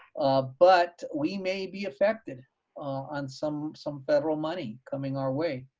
but we may be affected on some some federal money coming our way.